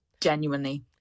genuinely